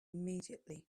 immediately